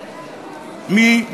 מי,